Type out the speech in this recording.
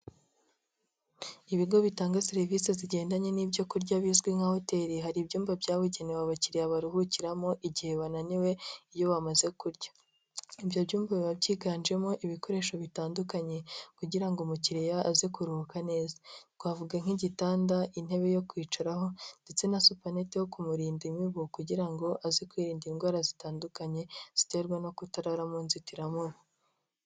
ibigo bitanga serivisi zigendanye n'ibyo kurya bizwi nka hoteli hari ibyumba byabugenewe abakiriya baruhukiramo igihe bananiwe iyo bamaze kurya, ibyo byumba biba byiganjemo ibikoresho bitandukanye kugira ngo umukiriya aze kuruhuka neza twavuga nk'igitanda, intebe yo kwicaraho, ndetse na supaneti yo kumurinda imibu kugira ngo aze kwirinda indwara zitandukanye ziterwa no kutarara mu inzitiramubu.